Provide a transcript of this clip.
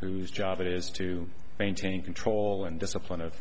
whose job it is to maintain control and discipline of